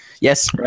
Yes